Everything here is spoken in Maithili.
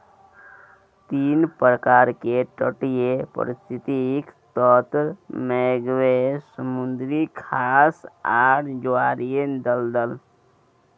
तीन प्रकार के तटीय पारिस्थितिक तंत्र मैंग्रोव, समुद्री घास आर ज्वारीय दलदल